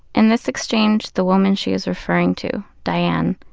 in this exchange, the woman she is referring to, diane,